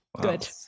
Good